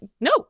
no